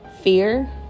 fear